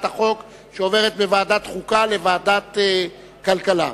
החוק שעוברת מוועדת החוקה לוועדת הכלכלה.